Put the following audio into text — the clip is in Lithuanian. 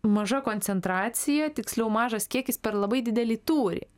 maža koncentracija tiksliau mažas kiekis per labai didelį tūrį